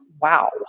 wow